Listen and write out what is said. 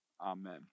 Amen